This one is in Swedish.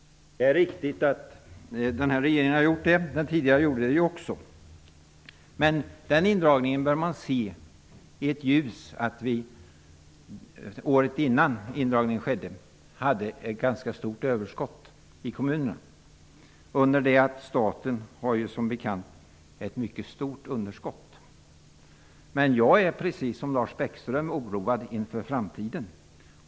Det är riktigt, och det gjorde ju också den tidigare regeringen. Denna indragning bör emellertid ses i ljuset av att kommunerna året innan hade ett ganska stort överskott under det att staten som bekant har ett mycket stort underskott. Men jag är -- precis som Lars Bäckström -- oroad inför framtiden.